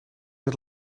dit